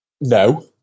no